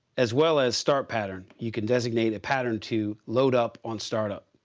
as well as start pattern. you can designate a pattern to load up on startup.